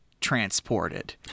transported